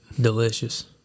Delicious